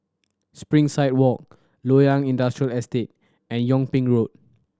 Springside Walk Loyang Industrial Estate and Yung Ping Road